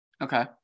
Okay